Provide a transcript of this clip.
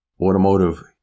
automotive